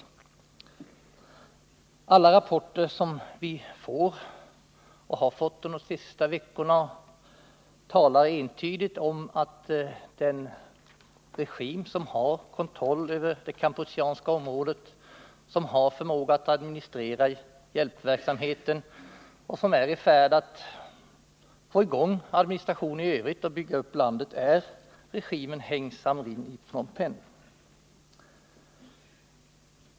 av diplomatiska Alla rapporter som vi får och har fått under de senaste veckorna talar — förbindelser med entydigt om att den regim som har kontroll över det kampucheanska regeringen i Phnom området, som förmår att administrera hjälpverksamheten och som är i färd — Penh med att få i gång administrationen i övrigt och bygga upp landet är regimen Heng Samrin i Phnom Penh.